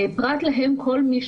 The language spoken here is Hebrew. פרט להם כל מי